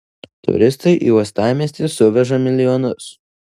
turistai į uostamiestį suveža milijonus